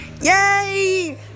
yay